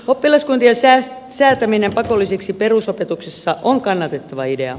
oppilaskuntien säätäminen pakollisiksi perusopetuksessa on kannatettava idea